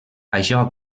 això